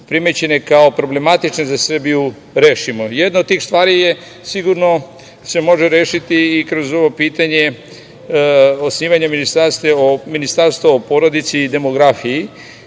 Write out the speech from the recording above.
primećene kao problematične za Srbiju, rešimo. Jedna od tih stvari se sigurno može rešiti kroz osnivanje ministarstva o porodici i demografiji.